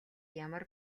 ямар